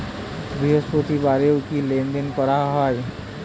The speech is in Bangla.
বৃহস্পতিবারেও কি লেনদেন করা যায়?